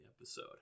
episode